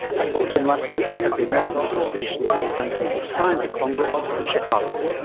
i spoke to him last week at the american association for the advancement of science congress in chicago.